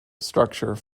structure